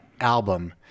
album